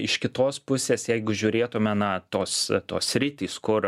iš kitos pusės jeigu žiūrėtume na tos tos sritys kur